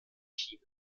china